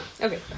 Okay